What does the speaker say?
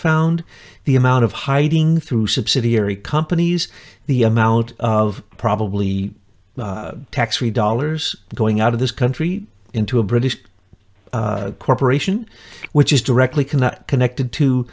found the amount of hiding through subsidiary companies the amount of probably tax free dollars going out of this country into a british corporation which is directly cannot connected to